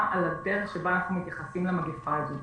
על הדרך שבה אנחנו מתייחסים למגפה הזאת.